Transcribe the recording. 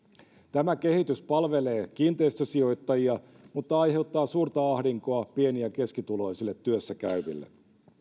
tämä kehitys palvelee kiinteistösijoittajia mutta aiheuttaa suurta ahdinkoa pieni ja keskituloisille työssä käyville